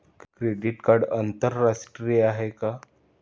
Credit card आंतरराष्ट्रीय आहे का?